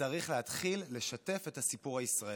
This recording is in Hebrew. וצריך להתחיל לשתף את הסיפור הישראלי,